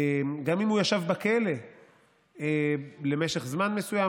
גם אם הוא ישב בכלא למשך זמן מסוים,